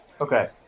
Okay